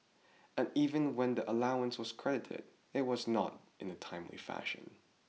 and even when the allowance was credited it was not in a timely fashion